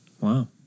Wow